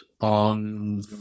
on